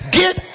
get